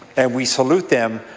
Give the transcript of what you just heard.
and we salute them,